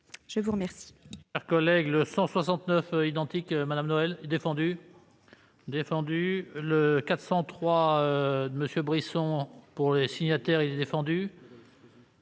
je vous remercie